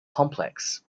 complex